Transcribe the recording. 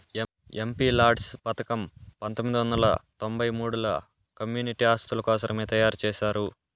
MPLADS పథకం పంతొమ్మిది వందల తొంబై మూడుల కమ్యూనిటీ ఆస్తుల కోసరమే తయారు చేశారు